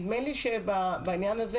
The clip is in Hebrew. בזמני,